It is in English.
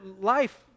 life